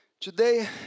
Today